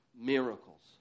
miracles